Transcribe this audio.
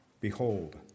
behold